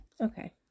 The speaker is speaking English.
Okay